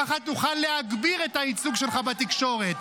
ככה תוכל להגביר את הייצוג שלך בתקשורת.